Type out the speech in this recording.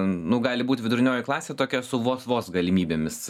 nu gali būt vidurinioji klasė tokia su vos vos galimybėmis